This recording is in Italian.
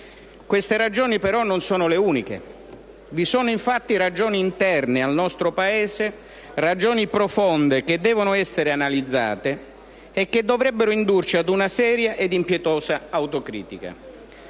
Queste ragioni, però, non sono le uniche. Vi sono infatti ragioni interne al nostro Paese: ragioni profonde che devono essere analizzate e che dovrebbero indurci ad una seria e impietosa autocritica.